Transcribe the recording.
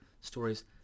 stories